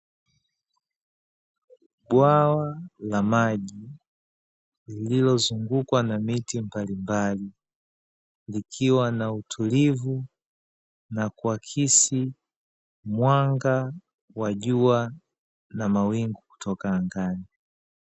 Bwawa la maji lililozungukwa na miti mbalimbali, likiwa na utulivu na kuakisi mwanga wa jua na mawingu kutoka angani.